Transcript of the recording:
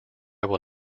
will